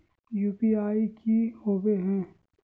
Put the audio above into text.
UPI की होवे है?